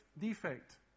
defect